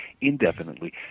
indefinitely